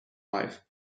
life